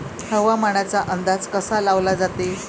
हवामानाचा अंदाज कसा लावला जाते?